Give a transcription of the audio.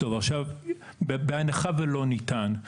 בהנחה ולא ניתן,